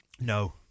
No